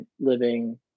living